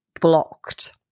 blocked